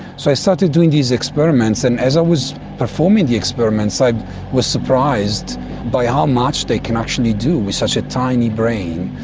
so i started doing these experiments, and as i was performing the experiments i was surprised by how much they can actually do with such a tiny brain.